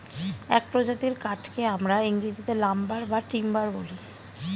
এক প্রজাতির কাঠকে আমরা ইংরেজিতে লাম্বার বা টিম্বার বলি